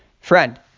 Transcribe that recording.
friend